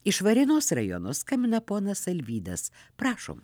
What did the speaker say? iš varėnos rajono skambina ponas alvydas prašom